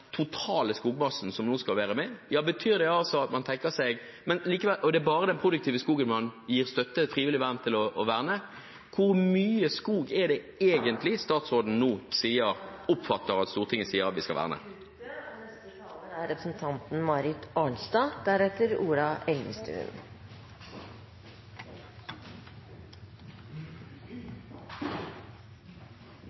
totale skogmassen nå skal være med, og det er bare den produktive skogen man gir støtte – et frivillig vern – til å verne. Hvor mye skog er det egentlig statsråden nå oppfatter at Stortinget sier at vi skal verne? I løpet av dette arbeidet har jeg ofte lurt på hva det egentlig er